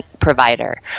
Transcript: Provider